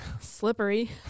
Slippery